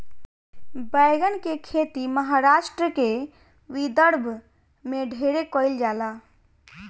बैगन के खेती महाराष्ट्र के विदर्भ में ढेरे कईल जाला